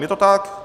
Je to tak.